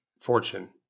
fortune